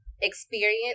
Experience